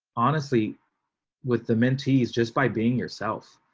honestly with the mentees just by being yourself.